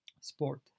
sport